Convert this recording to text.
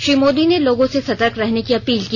श्री मोदी ने लोगों से सतर्क रहने की अपील की